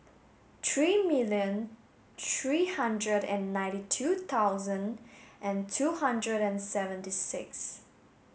three million three hundred and ninety two thousand and two hundred and seventy six